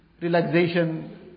relaxation